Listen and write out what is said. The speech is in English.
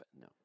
No